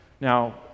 Now